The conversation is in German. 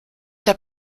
der